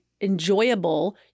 enjoyable